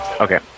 Okay